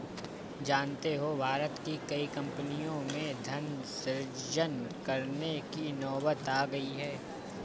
जानते हो भारत की कई कम्पनियों में धन सृजन करने की नौबत आ गई है